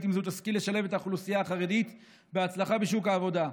אם זו תשכיל לשלב את האוכלוסייה החרדית בהצלחה בשוק העבודה.